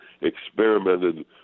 experimented